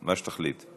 מה שתחליט.